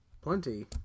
Plenty